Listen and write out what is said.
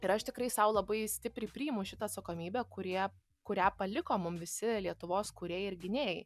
ir aš tikrai sau labai stipriai priimu šitą atsakomybę kurie kurią paliko mum visi lietuvos kūrėjai ir gynėjai